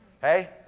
hey